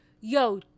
yo